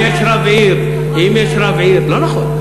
אם יש רב עיר, לא נכון.